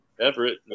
Everett